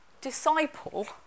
Disciple